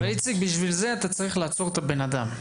אבל בשביל זה אתה צריך לעצור את הבן אדם.